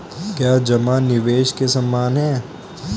क्या जमा निवेश के समान है?